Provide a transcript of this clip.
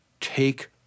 take